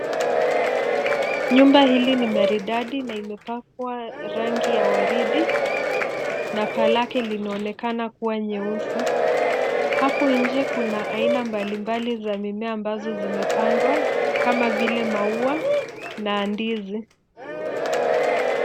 Nyumba hili ni maridadi na imepakwa rangi ya waridi, na paa lake limeonekana kuwa nyeusi. Hapo nje kuna aina mbalimbali za mimea ambazo zimepandwa kama vile maua na ndizi.